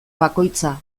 bakoitza